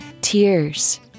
tears